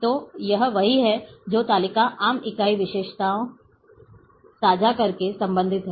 तो यह वही है जो तालिका आम इकाई विशेषता साझा करके संबंधित हैं